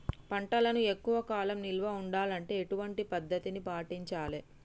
పంటలను ఎక్కువ కాలం నిల్వ ఉండాలంటే ఎటువంటి పద్ధతిని పాటించాలే?